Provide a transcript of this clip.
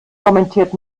kommentiert